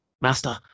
Master